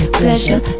pleasure